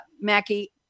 Mackie